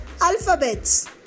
alphabets